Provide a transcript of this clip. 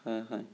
হয় হয়